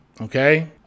okay